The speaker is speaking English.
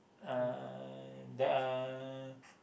uh there are